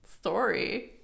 story